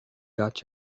got